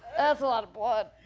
was a lot of blood